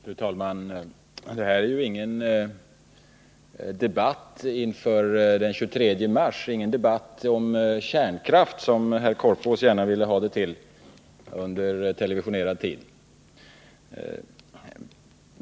Fru talman! Det här är ju ingen debatt inför den 23 mars och ingen debatt om kärnkraften, något som herr Korpås gärna ville göra den till under televisionstid.